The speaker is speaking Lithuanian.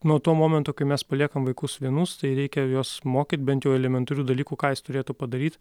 nuo to momento kai mes paliekam vaikus vienus tai reikia juos mokyt bent jau elementarių dalykų ką jis turėtų padaryt